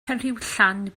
penrhiwllan